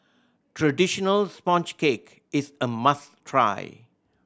traditional sponge cake is a must try